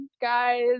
guys